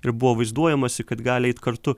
ir buvo vaizduojamasi kad gali eit kartu